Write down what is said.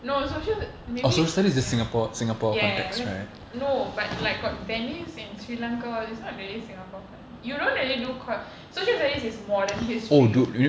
no social maybe ya ya ya ya that's right no but like got venice and sri lanka all it's not really singapore con~ you don't really do co~ social studies is modern history